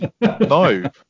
no